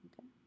Okay